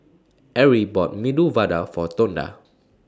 Arie bought Medu Vada For Tonda